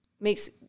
makes